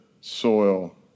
soil